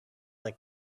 like